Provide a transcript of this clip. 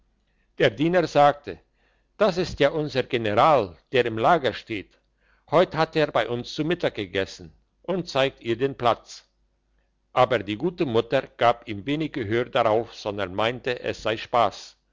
der diener sagt das ist ja unser general der im lager steht heute hat er bei uns zu mittag gegessen und zeigte ihr den platz aber die gute mutter gab ihm wenig gehör darauf sondern meinte es sei spass